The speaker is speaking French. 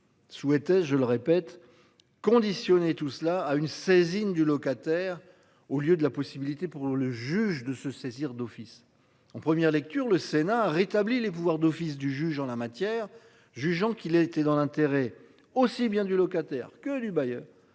souhaitait, je le répète conditionné tout cela à une saisine du locataire au lieu de la possibilité pour le juge de se saisir d'office en première lecture. Le Sénat a rétabli les pouvoirs d'office du juge en la matière, jugeant qu'il a été dans l'intérêt aussi bien du locataire que les bailleurs